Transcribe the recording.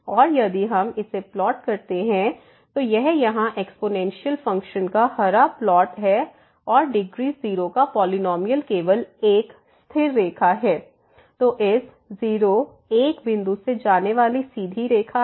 और यदि हम इसे प्लॉट करते हैं तो यह यहाँ एक्स्पोनेंशियल फंक्शन का हरा प्लॉट है और डिग्री 0 का पॉलिनॉमियल केवल एक स्थिर रेखा है तो इस 0 1 बिंदु से जाने वाली सीधी रेखा है